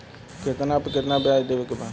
कितना पे कितना व्याज देवे के बा?